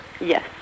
Yes